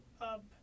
up